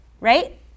right